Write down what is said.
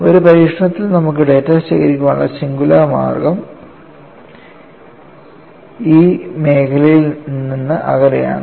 ഒരു പരീക്ഷണത്തിൽ നമുക്ക് ഡാറ്റ ശേഖരിക്കാനുള്ള ഏക മാർഗം ഈ മേഖലയിൽ നിന്ന് അകലെയാണ്